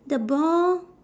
the ball